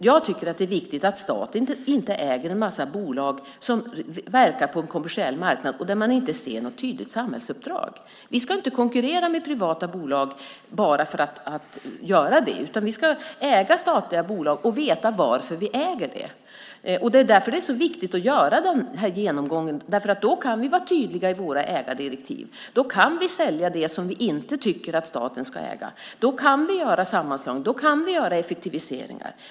Jag tycker att det är viktigt att staten inte äger en massa bolag som verkar på en kommersiell marknad och där man inte ser något tydligt samhällsuppdrag. Vi ska inte konkurrera med privata bolag bara för att göra det utan vi ska äga statliga bolag och veta varför vi äger dem. Det är därför det är så viktigt att göra den här genomgången, därför att då kan vi vara tydliga i våra ägardirektiv. Då kan vi sälja det som vi inte tycker att staten ska äga. Då kan vi göra effektiviseringar.